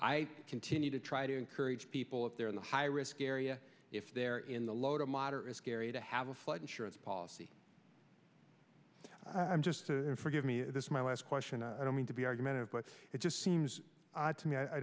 i continue to try to encourage people if they're in the high risk area if they're in the low to moderate risk area to have a flood insurance policy i'm just in forgive me this my last question i don't mean to be argumentative but it just seems odd to me i